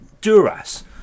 Duras